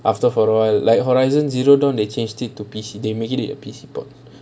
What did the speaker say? after for awhile like horizons even though they change it to P_C they make it a P_C board